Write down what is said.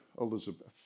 Elizabeth